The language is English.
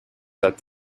set